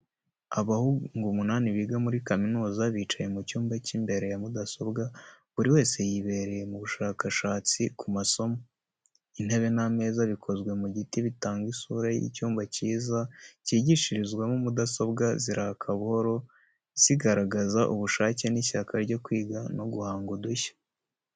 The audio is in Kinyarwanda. Abahungu umunani biga muri kaminuza bicaye mu cyumba cy’imbere ya mudasobwa, buri wese yibereye mu bushakashatsi ku masomo. Intebe n’ameza bikozwe mu giti bitanga isura y’icyumba cyiza cyigishirizwamo mudasobwa ziraka buhoro, zigaragaza ubushake n’ishyaka ryo kwiga no guhanga udushya.